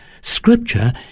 Scripture